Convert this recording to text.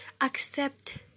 accept